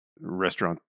restaurant